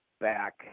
back